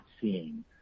seeing